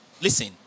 listen